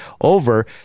over